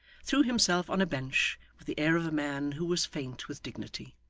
threw himself on a bench with the air of a man who was faint with dignity.